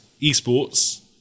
esports